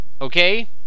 okay